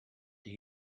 der